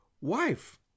wife